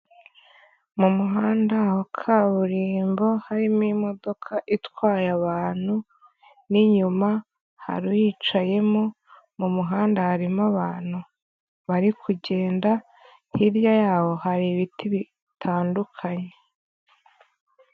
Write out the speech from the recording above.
Mu muhanda wa kaburimbo harimo imodoka itwaye abantu n'inyuma hari uyicayemo, mu muhanda harimo abantu bari kugenda, hirya yaho hari ibiti bitandukanye.